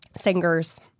Singers